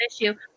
issue